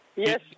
Yes